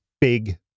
big